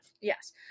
yes